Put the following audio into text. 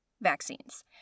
vaccines